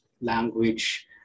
language